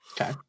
Okay